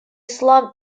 ислам